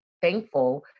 thankful